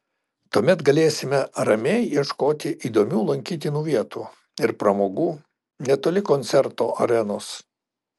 tuomet galėsime ramiai ieškoti įdomių lankytinų vietų ir pramogų netoli koncerto arenos